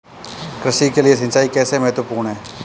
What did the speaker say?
कृषि के लिए सिंचाई कैसे महत्वपूर्ण है?